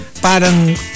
parang